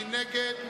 מי נגד?